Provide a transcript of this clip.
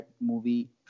movie